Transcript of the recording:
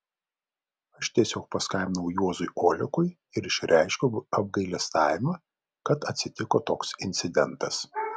aš tiesiog paskambinau juozui olekui ir išreiškiau apgailestavimą kad atsitiko toks incidentas